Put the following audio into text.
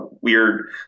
weird